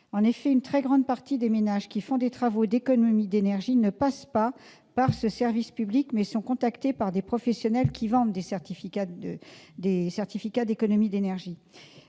En effet, une très grande partie des ménages qui font des travaux d'économie d'énergie ne passent pas par ce service public, mais sont contactés par des professionnels qui vendent des certificats d'économies d'énergie,